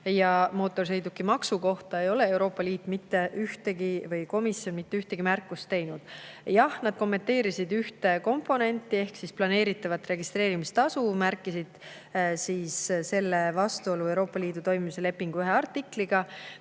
Mootorsõidukimaksu kohta ei ole Euroopa Liit või komisjon mitte ühtegi märkust teinud. Jah, nad kommenteerisid ühte komponenti ehk planeeritavat registreerimistasu, märkisid selle vastuolu Euroopa Liidu toimimise lepingu ühe artikliga.